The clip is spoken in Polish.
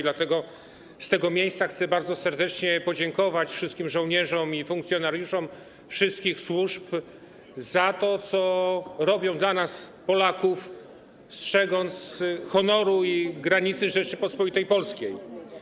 Dlatego z tego miejsca chcę bardzo serdecznie podziękować wszystkim żołnierzom i funkcjonariuszom wszystkich służb za to, co robią dla nas, Polaków, strzegąc honoru i granicy Rzeczypospolitej Polskiej.